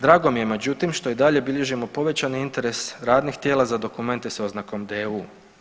Drago mi je međutim što i dalje bilježimo povećani interes radnih tijela za dokumente sa oznakom DEU.